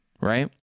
right